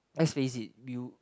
as lazy view